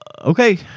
okay